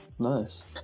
Nice